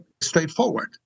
straightforward